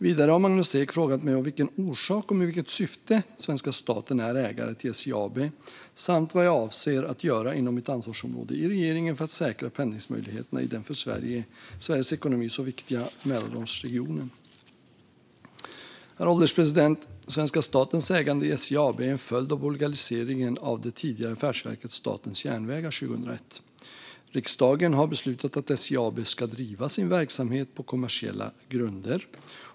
Vidare har Magnus Ek frågat mig av vilken orsak och med vilket syfte svenska staten är ägare till SJ AB samt vad jag avser att göra inom mitt ansvarsområde i regeringen för att säkra pendlingsmöjligheterna i den för Sveriges ekonomi så viktiga Mälardalsregionen. Herr ålderspresident! Svenska statens ägande i SJ AB är en följd av bolagiseringen av det tidigare affärsverket Statens järnvägar 2001. Riksdagen har beslutat att SJ AB ska driva sin verksamhet på kommersiella grunder.